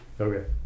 Okay